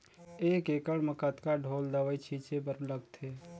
एक एकड़ म कतका ढोल दवई छीचे बर लगथे?